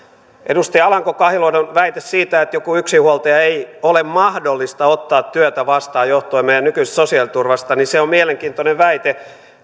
edustaja alanko kahiluodon väite siitä että jonkun yksinhuoltajan ei ole mahdollista ottaa työtä vastaan johtuen meidän nykyisestä sosiaaliturvastamme on mielenkiintoinen väite